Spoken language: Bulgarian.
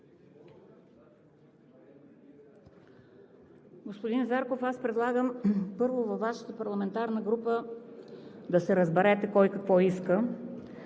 Господин Зарков, аз предлагам, първо, във Вашата парламентарна група да се разберете кой какво иска,